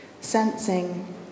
sensing